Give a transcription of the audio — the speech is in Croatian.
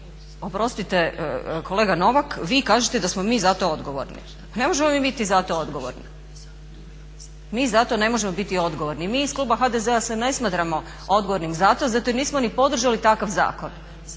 oprostite kolega Novak, vi kažete da smo mi za to odgovorni. Ne možemo mi biti za to odgovorni, mi za to ne možemo biti odgovorni. Mi iz kluba HDZ-a se ne smatramo odgovornim za to zato jer nismo ni podržali takav zakon